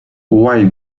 why